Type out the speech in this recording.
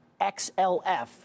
XLF